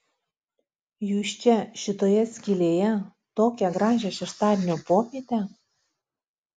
jūs čia šitoje skylėje tokią gražią šeštadienio popietę